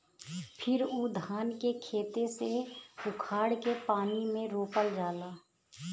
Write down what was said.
फिर उ धान के खेते से उखाड़ के पानी में रोपल जाला